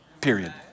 period